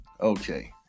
okay